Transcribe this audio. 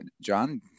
John